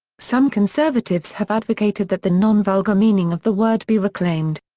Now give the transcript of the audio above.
some conservatives have advocated that the non-vulgar meaning of the word be reclaimed.